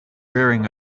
rearing